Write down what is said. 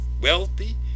wealthy